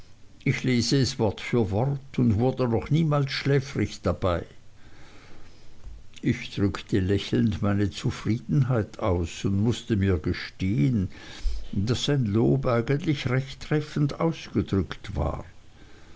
ich lese es wort für wort und wurde noch niemals schläfrig dabei ich drückte lächelnd meine zufriedenheit aus und mußte mir gestehen daß sein lob eigentlich recht treffend ausgedrückt war